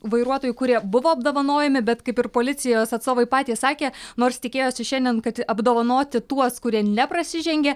vairuotojų kurie buvo apdovanojami bet kaip ir policijos atstovai patys sakė nors tikėjosi šiandien kad apdovanoti tuos kurie neprasižengė